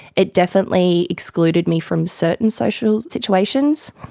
it definitely excluded me from certain social situations.